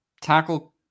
Tackle